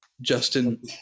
Justin